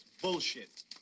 Bullshit